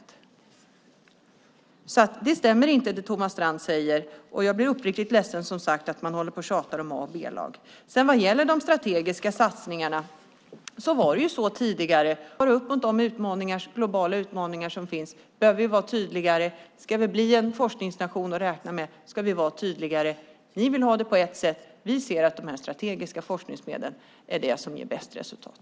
Det Thomas Strand säger stämmer alltså inte, och jag blir, som sagt, uppriktigt ledsen över att det tjatas om A och B-lag. Vad gäller de strategiska satsningarna var det så tidigare, och de flesta var överens om att forskningspengarna var alldeles för utsmetade. Vi behöver ha en mer tydlig spets. Om vi ska svara upp mot de globala utmaningar som finns behöver vi vara tydligare. Om vi ska bli en forskningsnation att räkna med måste vi vara tydligare. Ni vill ha det på ert sätt, Thomas Strand. Vi anser att de strategiska forskningsmedlen är det som ger bäst resultat.